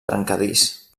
trencadís